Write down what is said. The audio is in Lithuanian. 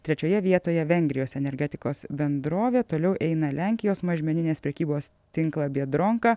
trečioje vietoje vengrijos energetikos bendrovė toliau eina lenkijos mažmeninės prekybos tinklą biedronka